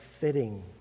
fitting